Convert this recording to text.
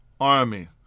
army